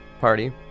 Party